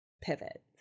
pivot